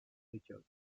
richard